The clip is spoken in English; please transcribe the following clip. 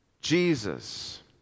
Jesus